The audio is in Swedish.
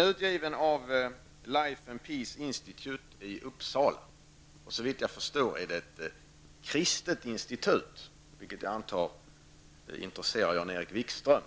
är utgiven av Life and Peace Institute i Uppsala. Såvitt jag förstår är detta ett kristet institut, vilket jag antar speciellt intresserar Jan-Erik Wikström.